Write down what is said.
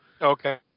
Okay